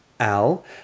Al